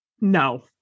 No